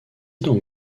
donc